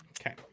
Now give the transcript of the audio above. Okay